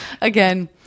again